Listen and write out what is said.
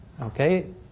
Okay